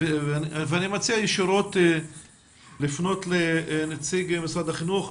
אני מציע ישירות לפנות לנציג משרד החינוך,